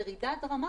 ראינו ירידה דרמטית.